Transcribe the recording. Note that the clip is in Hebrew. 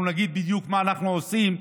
אנחנו נגיד בדיוק מה אנחנו עושים.